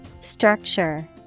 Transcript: Structure